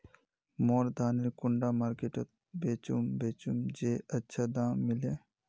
मोर धानेर कुंडा मार्केट त बेचुम बेचुम जे अच्छा दाम मिले?